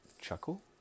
chuckle